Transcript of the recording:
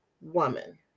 woman